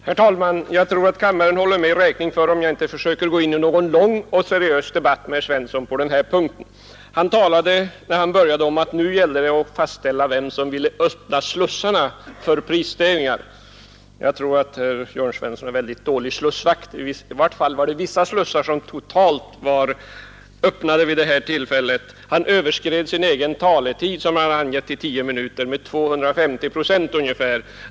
Herr talman! Jag tror att kammaren håller mig räkning för att jag inte går in på en lång och seriös debatt med herr Svensson i Malmö på den här punkten. I början av sitt anförande talade han om att det nu gällde att fastställa vem som ville öppna slussarna för prisstegringar. Jag tror att herr Svensson är en mycket dålig slussvakt. I varje fall höll han vissa slussar totalt öppna under sitt anförande. Han överskred t.ex. sin egen angivna anförandetid på 10 minuter med ungefär 250 procent.